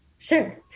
Sure